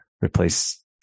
replace